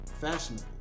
fashionable